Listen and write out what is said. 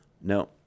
No